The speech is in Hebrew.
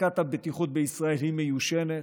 חקיקת הבטיחות בישראל היא מיושנת,